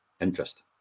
interest